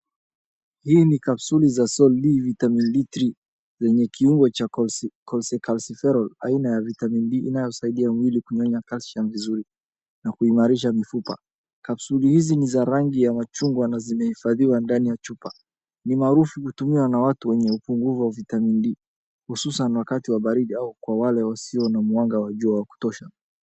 Hii ni kapsuli za solidi Vitamini D3 lenye kiungo cha kolekalsiferoli, aina ya vitamini D inayosaidia mwili kunyonya kalsiamu vizuri na kuimarisha mifupa. Kapsuli hizi ni za rangi ya machungwa na zimehifadhiwa ndani ya chupa. Ni maarufu kutumiwa na watu wenye upungufu wa vitamini D, hususan wakati wa baridi au kwa wale wasio na mwanga wa jua wa kutosha.